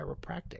chiropractic